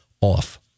off